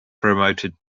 promoted